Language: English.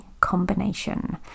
combination